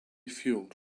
fueled